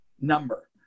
number